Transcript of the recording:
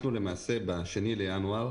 אנחנו למעשה ב-2 בינואר,